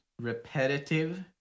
repetitive